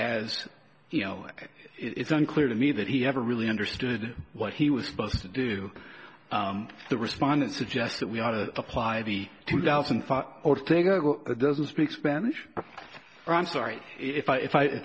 as you know it it's unclear to me that he ever really understood what he was supposed to do the respondent suggests that we ought to apply the two thousand thought or to go doesn't speak spanish or i'm sorry if i if i if